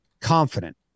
confident